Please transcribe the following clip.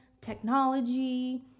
technology